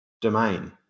domain